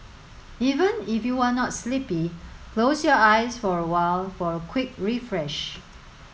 even if you are not sleepy close your eyes for a while for a quick refresh